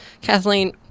Kathleen